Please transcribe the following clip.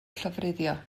llofruddio